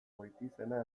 goitizena